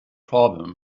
problem